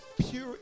Pure